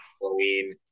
Halloween